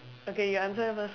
okay you answer her first